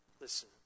Listen